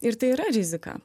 ir tai yra rizika